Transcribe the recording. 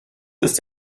ist